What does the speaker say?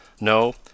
No